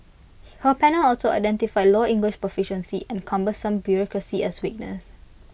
her panel also identified low English proficiency and cumbersome bureaucracy as weaknesses